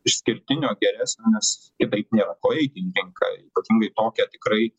išskirtinio geresnio nes kitaip nėra ko eiti į rinką ypatingai tokią tikrai